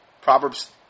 Proverbs